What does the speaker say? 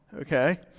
Okay